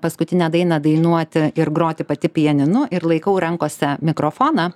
paskutinę dainą dainuoti ir groti pati pianinu ir laikau rankose mikrofoną